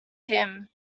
him